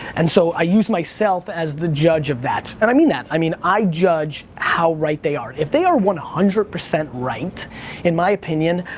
and so i use myself as the judge of that. and i mean that, i mean i judge how right they are. if they are one hundred percent right in my opinion,